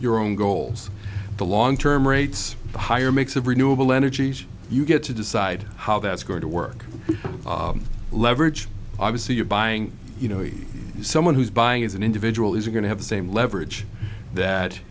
your own goals the long term rates the higher mix of renewable energies you get to decide how that's or to work leverage obviously you're buying you know someone who's buying is an individual is going to have the same leverage that